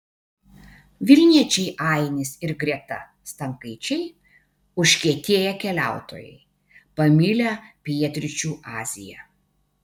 vilniečiai ainis ir greta stankaičiai užkietėję keliautojai pamilę pietryčių aziją